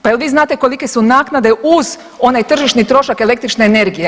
Pa jel' vi znate kolike su naknade uz onaj tržišni trošak električne energije?